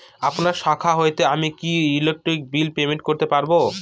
আপনার শাখা হইতে আমি কি ইলেকট্রিক বিল পেমেন্ট করতে পারব?